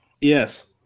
Yes